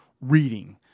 reading